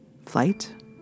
flight